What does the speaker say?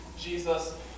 Jesus